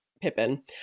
Pippin